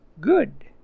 Good